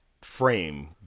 frame